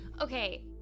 okay